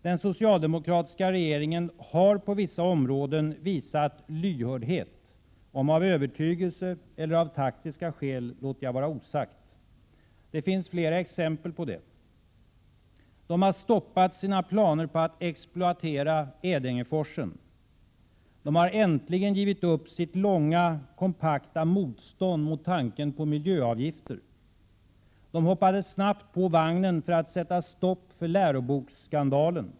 Den socialdemokratiska regeringen har på vissa områden visat lyhördhet, om av övertygelse eller av taktiska skäl låter jag vara osagt. Det finns flera exempel på detta. Man har stoppat de planer på att exploatera Edängeforsen som man hade. Man har äntligen givit upp sitt långa kompakta motstånd mot miljöavgifter. Man hoppade snabbt på vagnen för att sätta stopp för läroboksskandalen.